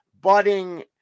budding